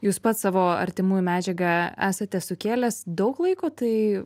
jūs pats savo artimųjų medžiagą esate sukėlęs daug laiko tai